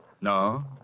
No